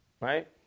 right